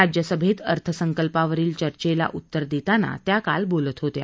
राज्यसभेत अर्थसंकल्पावरील चर्चेला उत्तर देताना त्या काल बोलत होत्या